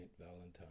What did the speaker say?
Valentine